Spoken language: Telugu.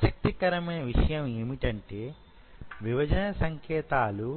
ఆసక్తికరమైన విషయం ఏమిటంటే విభజన సంకేతాలు